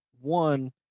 One